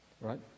right